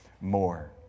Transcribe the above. more